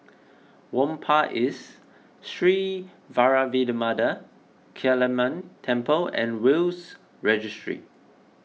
Whampoa East Sri Vairavimada Kaliamman Temple and Will's Registry